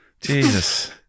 Jesus